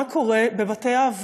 מה קורה בבתי-האבות?